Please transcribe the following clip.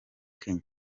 kenya